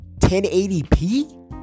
1080p